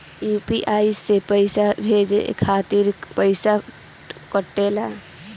UPI से पइसा भेजने के खातिर पईसा कटेला?